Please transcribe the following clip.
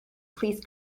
please